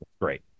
Great